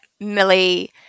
Millie